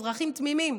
אזרחים תמימים.